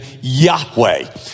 Yahweh